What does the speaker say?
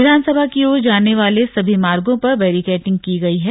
विधानसभा की ओर जाने वाले सभी मार्गो पर बेरीकेडिंग की गई है